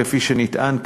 כפי שנטען כאן.